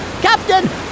captain